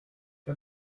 for